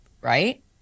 right